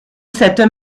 cette